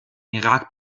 irak